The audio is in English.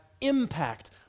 impact